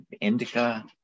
indica